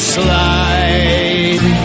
slide